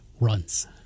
runs